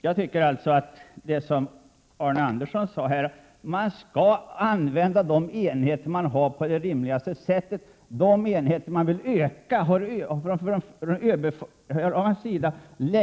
Den enda ökning som överbefälhavaren länge föreslog gällde helikoptrar, inom en total ram på 600 miljoner för utbåtsskydd.